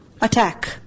attack